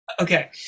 okay